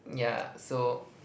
um yeah so